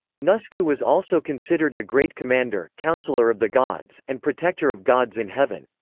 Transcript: nusku was also considered a great commander, counselor of the gods, and protector of gods in heaven.